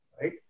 right